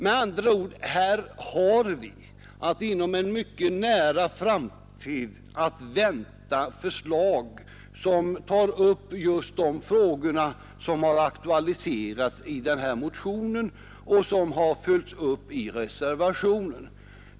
Vi har alltså att inom en mycket nära framtid vänta förslag som tar upp just de frågor som aktualiseras i den här motionen och som har följts upp i reservationen.